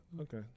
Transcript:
okay